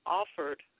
offered